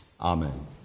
Amen